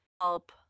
help